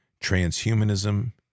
transhumanism